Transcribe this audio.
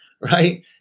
right